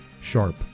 sharp